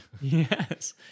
yes